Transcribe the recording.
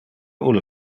ulle